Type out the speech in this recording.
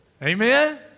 Amen